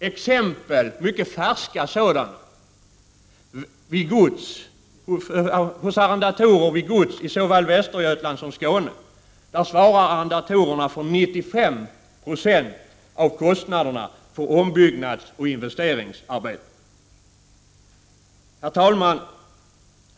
Exempel, mycket färska sådana, visar att arrendatorer vid gods i såväl Västergötland som Skåne svarar för 95 96 av kostnaderna för ombyggnadsoch investeringsarbeten. Herr talman!